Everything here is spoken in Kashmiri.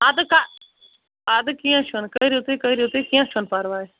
اَدٕ کہ اَدٕ کیٚنٛہہ چھُنہٕ کٔرِو تُہۍ کٔرِو تُہۍ کیٚنٛہہ چھُنہٕ پَرواے